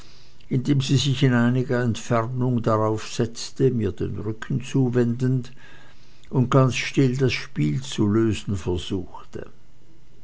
indem sie sich in einiger entfernung darauf setzte mir den rücken zuwendend und ganz still das spiel zu lösen versuchte